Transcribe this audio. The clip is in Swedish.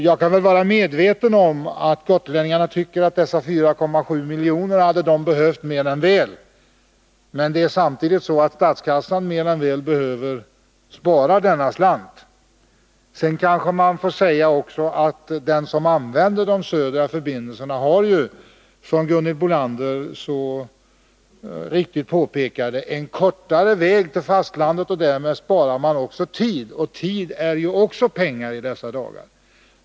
Jag kan ha förståelse för att Gotlänningarna tycker att de mer än väl skulle ha behövt dessa 3,4 miljoner, men statskassan behöver också mer än väl spara denna slant. Det bör kanske också tilläggas att den som använder de södra förbindelserna, som Gunhild Bolander så riktigt påpekade, har en kortare väg till fastlandet. Därmed spar de tid, och tid är också pengar i dessa dagar.